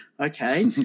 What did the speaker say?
Okay